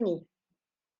ne